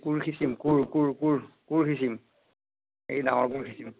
কোৰ সিঁচিম কোৰ কোৰ কোৰ কোৰ সিঁচিম এই ডাঙৰ কোৰ সিঁচিম